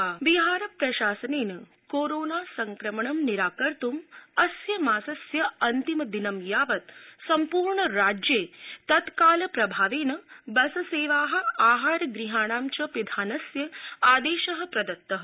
Bihar corona Bihar प्रशासनेन corona संक्रमणं निराकत्त् अस्य मासस्य अन्तिम दिनं यावत् सम्पूर्णराज्ये तत्काल प्रभावेन बससेवाः आहारगृहाणां च पिधानस्य आदेशः प्रदत्तः